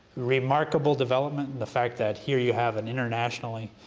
remarkable development the fact that here you have an internationally